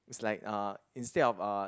it's like uh instead of uh